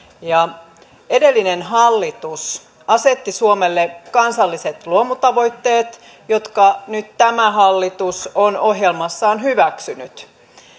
edellinen hallitus asetti suomelle kansalliset luomutavoitteet jotka nyt tämä hallitus on ohjelmassaan hyväksynyt